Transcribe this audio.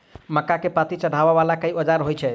मक्का केँ पांति चढ़ाबा वला केँ औजार होइ छैय?